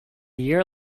year